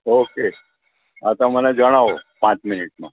okay હા તો મને જણાવો પાંચ મિનિટમાં